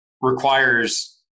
requires